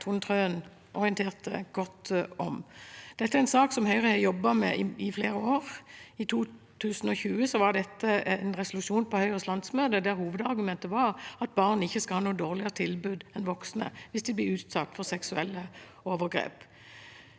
Trøen orienterte godt om. Dette er en sak som Høyre har jobbet med i flere år. I 2020 var dette en resolusjon på Høyres landsmøte, der hovedargumentet var at barn ikke skal ha noe dårligere tilbud enn voksne hvis de blir utsatt for seksuelle overgrep.